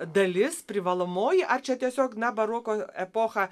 dalis privalomoji ar čia tiesiog na baroko epocha